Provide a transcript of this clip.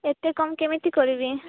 ଏତେ କମ୍ କେମିତି କରିବି